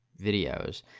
videos